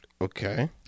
Okay